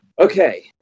Okay